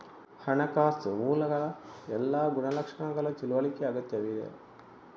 ಹಣಕಾಸು ಮೂಲಗಳ ಎಲ್ಲಾ ಗುಣಲಕ್ಷಣಗಳ ತಿಳುವಳಿಕೆ ಅಗತ್ಯವಿದೆ